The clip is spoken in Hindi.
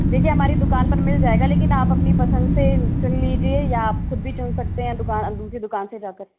देखिये हमारी दुकान पर मिल जाएगा लेकिन आप आपनी पसंद से चुन लीजिए या आप खुद भी चुन सकते है दूसरी दुकान से जा कर